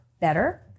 better